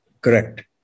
Correct